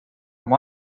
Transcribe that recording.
oma